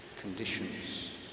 conditions